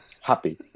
Happy